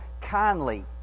kindly